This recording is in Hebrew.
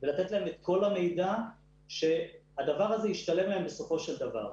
ולתת להם את כל המידע שהדבר הזה בסופו של דבר ישתלם להם,